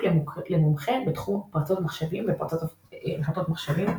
למומחה בתחום פרצות מחשבים ופרצות רשתות מחשבים,